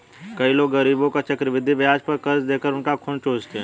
कई लोग गरीबों को चक्रवृद्धि ब्याज पर कर्ज देकर उनका खून चूसते हैं